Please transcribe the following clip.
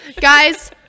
Guys